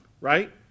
right